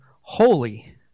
holy